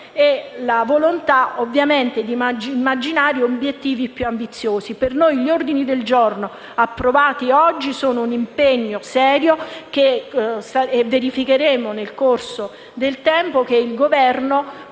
e la non volontà di immaginare obiettivi più ambiziosi. Per noi gli ordini del giorno approvati oggi sono un impegno serio; verificheremo nel corso del tempo che il Governo